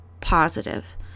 positive